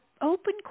Open